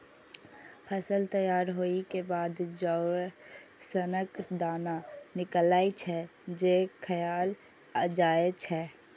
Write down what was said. फसल तैयार होइ के बाद चाउर सनक दाना निकलै छै, जे खायल जाए छै